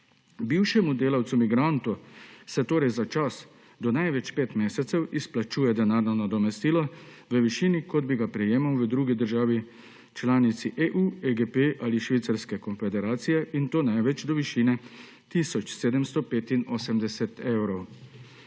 Bivšemu delavcu migrantu se torej za čas do največ pet mesecev izplačuje denarno nadomestilo v višini, kot bi ga prejemal v drugi državi članice EU, EGP ali Švicarski konfederaciji, in to največ do višine tisoč 785 evrov.